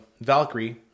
Valkyrie